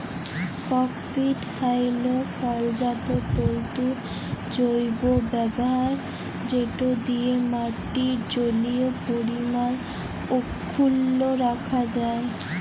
cocopeat হ্যইল ফলজাত তল্তুর জৈব ব্যাভার যেট দিঁয়ে মাটির জলীয় পরিমাল অখ্খুল্ল রাখা যায়